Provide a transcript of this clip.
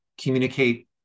communicate